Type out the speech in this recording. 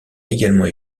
également